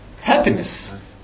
happiness